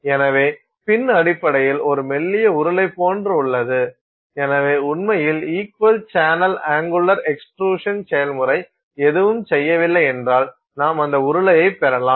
எனவே பின் அடிப்படையில் ஒரு மெல்லிய உருளை போன்று உள்ளது எனவே உண்மையில் இக்வல் சேனல் அங்குலர் எக்ஸ்ட்ருஷன் செயல்முறை எதுவும் செய்யவில்லை என்றால் நாம் அந்த உருளையை பெறலாம்